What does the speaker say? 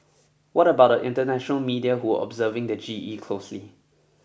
what about the international media who are observing the G E closely